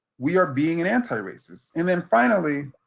we are being an anti racist. and then finally,